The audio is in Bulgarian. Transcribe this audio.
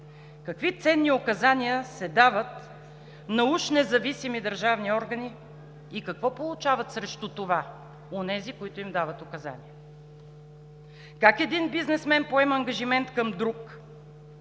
какви ценни указания се дават на уж независими държавни органи и какво получават срещу това онези, които им дават указания? Как един бизнесмен поема ангажимент към друг